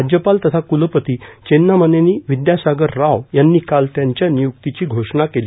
राज्यपाल तथा क्लपती चेन्नामनेनी विद्यासागर राव यांनी काल त्यांच्या निय्क्तीची घोषणा केली